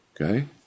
Okay